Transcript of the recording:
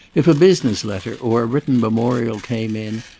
if a business letter or a written memorial came in,